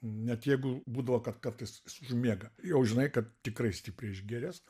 net jeigu būdavo kad kartais jis užmiega jau žinai kad tikrai stipriai išgėręs